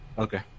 Okay